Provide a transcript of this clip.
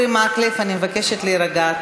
מקלב, אני מבקשת להירגע.